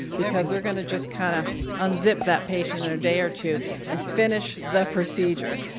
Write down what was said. because they're going to just kind of unzip that patient in a day or two and finish the procedure.